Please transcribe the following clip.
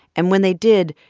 and when they did,